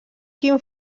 quin